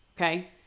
Okay